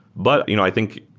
but you know i think,